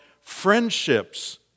friendships